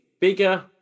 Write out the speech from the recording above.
bigger